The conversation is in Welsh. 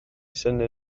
synnu